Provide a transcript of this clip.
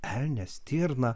elnias stirna